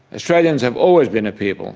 australians have always been a people